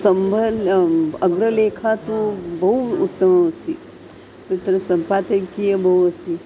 सम्बन् अग्रलेखा तु बहु उत्तममस्ति तत्र सम्पादकीय बहु अस्ति